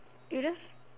you just